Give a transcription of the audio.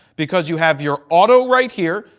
because you have your auto right here.